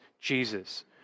Jesus